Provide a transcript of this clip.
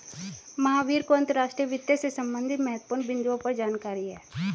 महावीर को अंतर्राष्ट्रीय वित्त से संबंधित महत्वपूर्ण बिन्दुओं पर जानकारी है